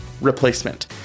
replacement